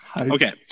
Okay